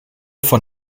von